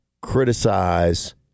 criticize